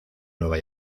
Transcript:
nueva